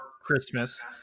Christmas